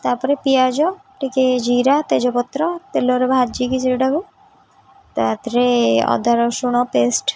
ତା'ପରେ ପିଆଜ ଟିକେ ଜିରା ତେଜପତ୍ର ତେଲରେ ଭାଜିକି ସେଇଟାକୁ ତାଦେହରେ ଅଦା ରସୁଣ ପେଷ୍ଟ